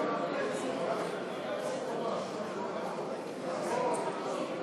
הודעת הממשלה בדבר העברת סמכויות מהממשלה לשר הפנים נתקבלה.